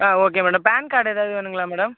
ஆ okay madam PAN card ஏதாவது வேணுங்களா madam